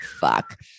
fuck